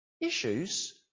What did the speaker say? issues